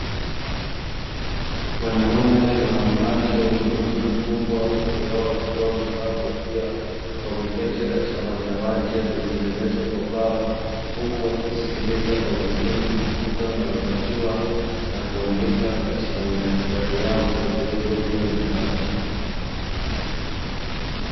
Wanaume na wanawake wenye umri mkubwa wengi wao wakiwa wamevaa kofia wameketi katika madawati yaliyotengenezwa kwa mbao huku wakisikiliza kwa makini mafunzo wanayopatiwa na kuandika katika madaftari yao yaliyopo juu ya madawati.